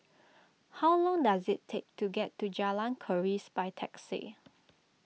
how long does it take to get to Jalan Keris by taxi